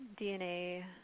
DNA